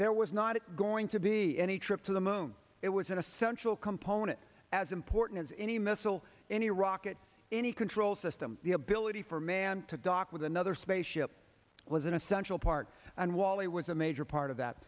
there was not going to be any trip to the moon it was an essential component as important as any missile any rocket any control system the ability for man to dock with another space ship it was an essential part and wally was a major part of that